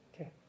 Okay